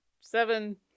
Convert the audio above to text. Seven